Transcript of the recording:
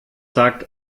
sagt